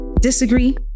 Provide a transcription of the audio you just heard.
disagree